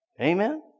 Amen